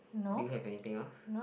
do you have anything else